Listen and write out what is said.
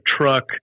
truck